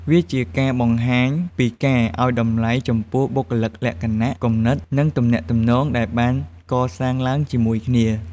វាជាការបង្ហាញពីការឲ្យតម្លៃចំពោះបុគ្គលិកលក្ខណៈ គំនិត និងទំនាក់ទំនងដែលបានកសាងឡើងជាមួយគ្នា។